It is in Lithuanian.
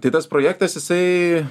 tai tas projektas jisai